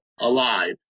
alive